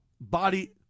body